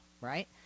right